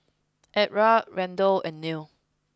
Edra Randle and Nell